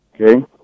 Okay